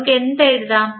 നമുക്ക് എന്ത് എഴുതാം